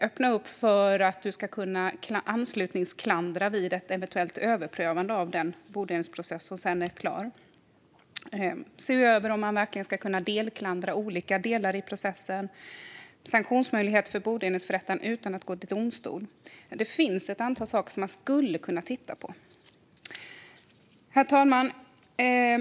Man skulle kunna öppna en möjlighet till anslutningsklander vid eventuell överprövning av en bodelningsprocess som avslutats. Man skulle kunna se över om det verkligen ska vara möjligt att delklandra olika delar i processen. Man skulle kunna titta på sanktionsmöjligheter för bodelningsförrättare utan att gå till domstol. Det finns ett antal saker som man skulle kunna titta på. Herr talman!